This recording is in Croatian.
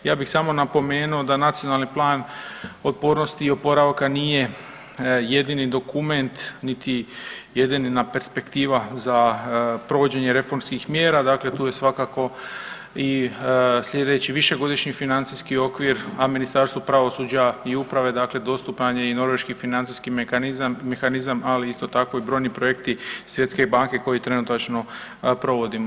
Ja bih samo napomenuo da Nacionalni plan otpornosti i oporavka nije jedini dokument niti jedina perspektiva za provođenje reformskih mjera dakle tu je svakako i sljedeći višegodišnji financijski okvir, a Ministarstvo pravosuđa i uprave dakle dostupan je i norveški financijski mehanizam, ali isto tako i brojni projekti Svjetske banke koji trenutačno provodimo.